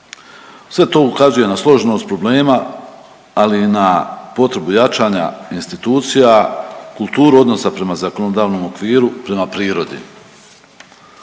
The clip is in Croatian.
Sve to ukazuje na složenost problema, ali i na potrebu jačanja institucija, kulturu odnosa prema zakonodavnom okviru, prema prirodi.